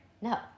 No